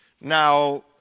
Now